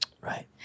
Right